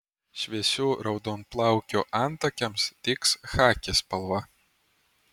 šviesių raudonplaukių antakiams tiks chaki spalva